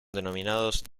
denominados